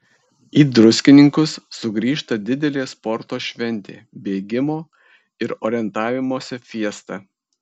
į druskininkus sugrįžta didelė sporto šventė bėgimo ir orientavimosi fiesta